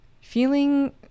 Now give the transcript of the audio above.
feeling